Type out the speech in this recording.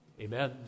Amen